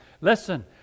Listen